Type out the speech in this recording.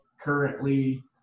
currently